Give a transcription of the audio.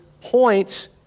points